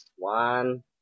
One